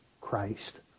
Christ